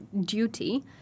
duty